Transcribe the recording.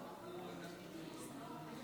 יושב-ראש הישיבה,